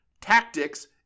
tactics